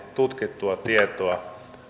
tutkittua tietoa